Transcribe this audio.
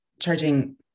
charging